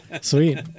sweet